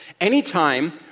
Anytime